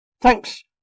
Thanks